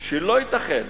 שלא ייתכן